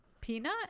Peanut